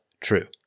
true